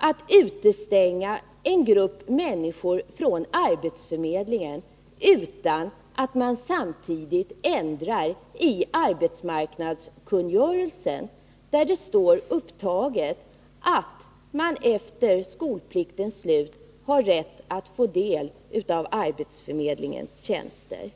Hur kan man utestänga en grupp människor från arbetsförmedlingen utan att samtidigt ändra i arbetsmarknadskungörelsen, där det står upptaget att man efter skolpliktens slut har rätt att få del av arbetsförmedlingens tjänster?